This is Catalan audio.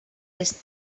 els